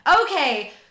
Okay